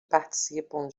participam